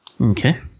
Okay